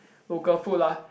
local food lah